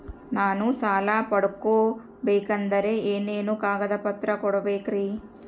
ನಾನು ಸಾಲ ಪಡಕೋಬೇಕಂದರೆ ಏನೇನು ಕಾಗದ ಪತ್ರ ಕೋಡಬೇಕ್ರಿ?